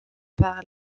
par